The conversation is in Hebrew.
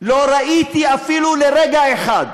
לא ראיתי, אפילו לרגע אחד,